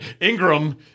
ingram